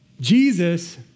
Jesus